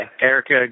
Erica